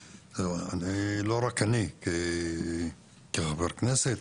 ולא רק אני כחבר כנסת,